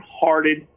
hearted